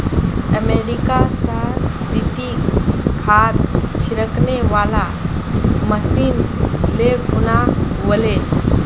America स रितिक खाद छिड़कने वाला मशीन ले खूना व ले